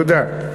תודה.